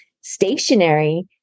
stationary